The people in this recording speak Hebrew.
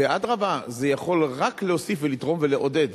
ואדרבה, זה יכול רק להוסיף ולתרום ולעודד.